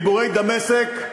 בעיבורי דמשק,